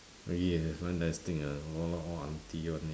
!ee! line dancing ah that one not all auntie [one] meh